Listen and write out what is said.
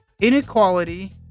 inequality